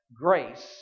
grace